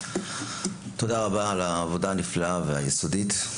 תודה רבה על העבודה הנפלאה והיסודית.